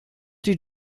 did